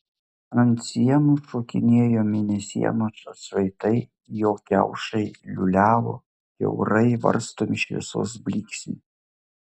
ant sienų šokinėjo mėnesienos atšvaitai jo kiaušai liūliavo kiaurai varstomi šviesos blyksnių